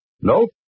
Nope